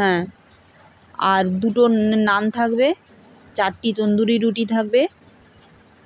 হ্যাঁ আর দুটো নান থাকবে চারটি তন্দুরি রুটি থাকবে